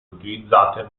utilizzate